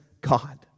God